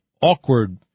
awkward